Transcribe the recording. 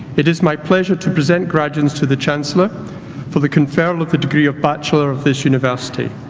it is my pleasure to present graduands to the chancellor for the conferral of the degree of bachelor of this university.